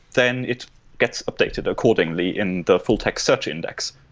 then it gets updated accordingly in the full-text search index.